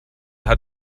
hat